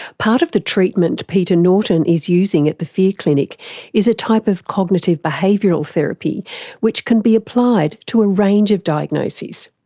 part of the treatment peter norton is using at the fear clinic is a type of cognitive behavioural therapy which can be applied to a range of diagnoses.